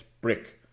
brick